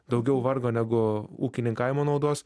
daugiau vargo negu ūkininkavimo naudos